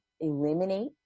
eliminate